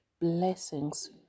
blessings